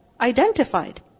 Identified